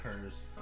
occurs